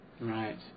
Right